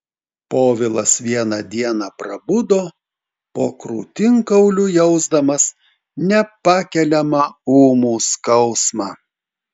povilas vieną dieną prabudo po krūtinkauliu jausdamas nepakeliamą ūmų skausmą